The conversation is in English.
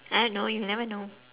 I don't know you never know